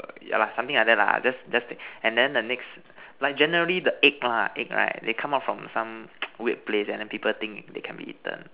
yeah lah something like that lah just just and then the next like generally the egg lah egg right they come out from some weird place and then people think they can be eaten